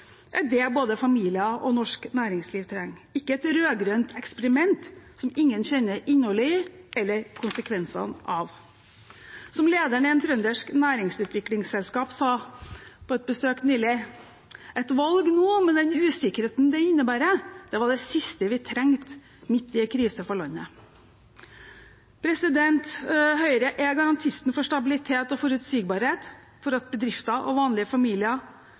er det både familier og norsk næringsliv trenger – ikke et rød-grønt eksperiment som ingen kjenner innholdet i eller konsekvensene av. Som lederen i et trøndersk næringsutviklingsselskap sa i forbindelse med et besøk nylig: Et valg nå, med den usikkerheten det innebærer, er det siste vi trenger midt i en krise for landet. Høyre er garantisten for stabilitet og forutsigbarhet, for at bedrifter og vanlige familier